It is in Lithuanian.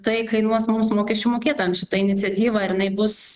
tai kainuos mums mokesčių mokėtojams šita iniciatyva ar jinai bus